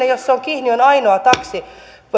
jos se on kihniön ainoa